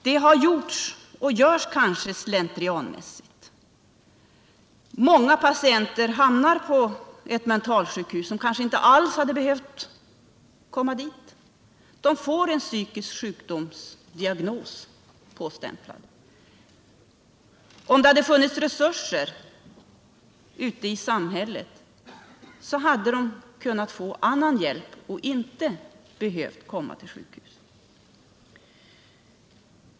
Det har gjorts och görs kanske slentrianmässigt. Många människor hamnar på ett mentalsjukhus utan att de alls hade behövt komma dit. De får en psykisk sjukdomsdiagnos sig påstämplade. Om det hade funnits resurser ute i samhället hade de kunnat få annan hjälp och inte behövt komma till sjukhus.